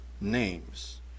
names